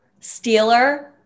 Steeler